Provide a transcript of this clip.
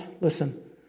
Listen